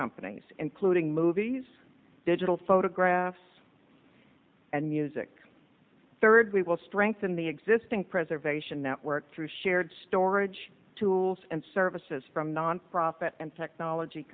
companies including movies digital photographs and music third we will strengthen the existing preservation network through shared storage tools and services from nonprofit and technology